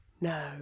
No